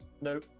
No